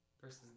Versus